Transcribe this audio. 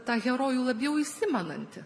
tą herojų labiau įsimenantį